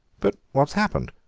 but what has happened?